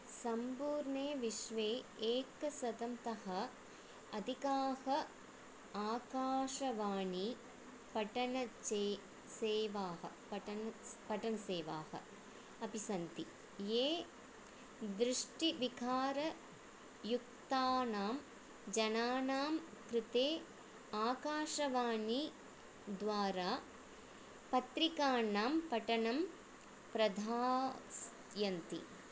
सम्पूर्णे विश्वे एकशतं तः अधिकाः आकाशवाणीपठनं च्चे सेवाः पठन् स् पठनसेवाः अपि सन्ति ये दृष्टिविकारयुक्तानां जनानां कृते आकाशवाणीद्वारा पत्रिकाणां पठनं प्रधास्यन्ति